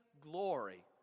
glory